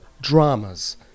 dramas